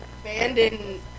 Abandoned